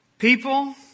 People